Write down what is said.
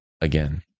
again